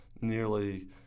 nearly